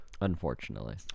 Unfortunately